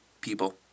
people